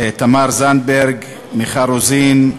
תמר זנדברג, מיכל רוזין,